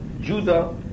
Judah